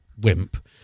wimp